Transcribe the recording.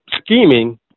scheming